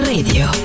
Radio